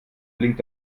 blinkt